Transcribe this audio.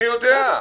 אני יודע.